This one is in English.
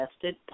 tested